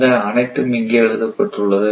இந்த அனைத்தும் இங்கே எழுதப்பட்டுள்ளது